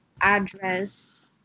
address